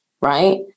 right